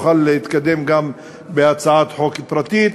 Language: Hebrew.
נוכל להתקדם גם בהצעת חוק פרטית,